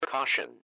Caution